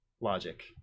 Logic